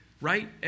Right